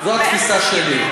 זו התפיסה שלי.